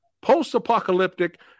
post-apocalyptic